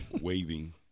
waving